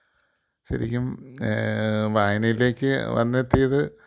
ശരിക്കും വായനയിലേക്ക് വന്നെത്തിയത്